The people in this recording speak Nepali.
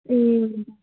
ए हजुर